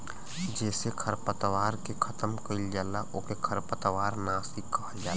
जेसे खरपतवार के खतम कइल जाला ओके खरपतवार नाशी कहल जाला